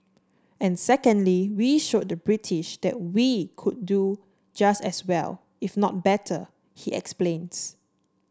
and secondly we showed the British that we could do just as well if not better he explains